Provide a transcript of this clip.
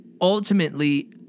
ultimately